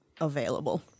available